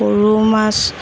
সৰু মাছ